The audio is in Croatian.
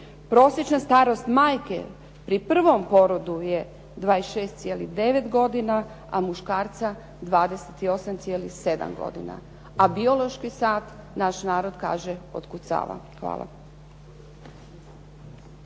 Prosjećna starost majke pri prvog porodu je 26,9 godina a muškarca 28,7 godina, a biološki sat naš narod kaže otkucava. Hvala.